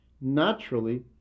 Naturally